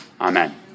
Amen